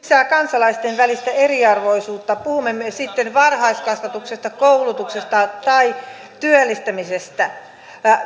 lisää kansalaisten välistä eriarvoisuutta puhumme me sitten varhaiskasvatuksesta koulutuksesta tai työllistämisestä